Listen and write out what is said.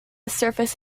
surface